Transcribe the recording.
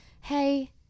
Hey